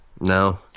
No